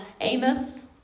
Amos